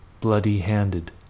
bloody-handed